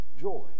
joy